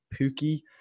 Pookie